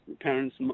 parents